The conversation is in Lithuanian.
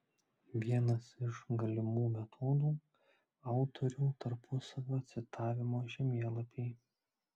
vienas iš galimų metodų autorių tarpusavio citavimo žemėlapiai